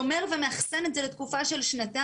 שומר ומאכסן את זה לתקופה של שנתיים.